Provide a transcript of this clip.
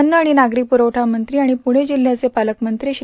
अन्न आणि नागरी पुरवठा मंत्री तथा पुणे जिल्ह्याचे पालकमंत्री श्री